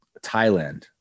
Thailand